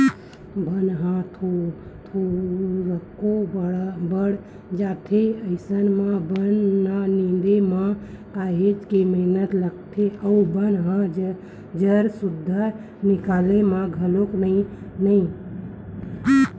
बन ह थोरको बाड़ जाथे अइसन म बन ल निंदे म काहेच के मेहनत लागथे अउ बन ह जर सुद्दा निकलय घलोक नइ